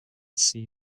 see